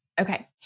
okay